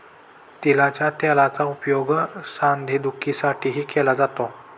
तिळाच्या तेलाचा उपयोग सांधेदुखीसाठीही केला जातो